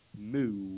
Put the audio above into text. Moo